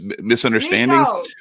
misunderstanding